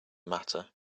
matter